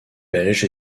belge